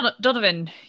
Donovan